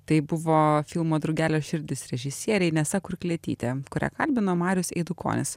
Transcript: tai buvo filmo drugelio širdis režisierė inesa kurklietytė kurią kalbino marius eidukonis